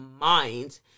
mind